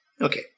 Okay